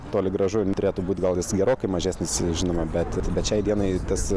toli gražu turėtų būt gal jis gerokai mažesnis žinoma bet bet šiai dienai tas